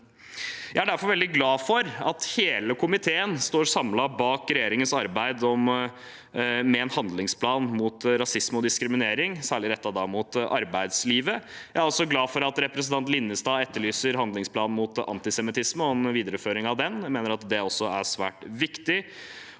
Jeg er derfor veldig glad for at hele komiteen står samlet bak regjeringens arbeid med en handlingsplan mot rasisme og diskriminering, særlig rettet mot arbeidslivet. Jeg er også glad for at representanten Linnestad etterlyser handlingsplanen mot antisemittisme og en videreføring av den. Jeg mener at det også er svært viktig.